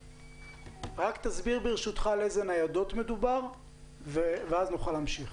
רק תסביר ברשותך על איזה ניידות מדובר ואז נוכל להמשיך,